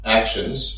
actions